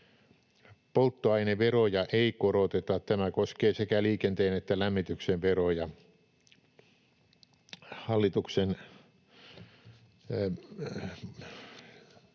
Polttoaineveroja ei koroteta. Tämä koskee sekä liikenteen että lämmityksen veroja. Hallituksen